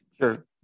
Sure